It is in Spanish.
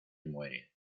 muere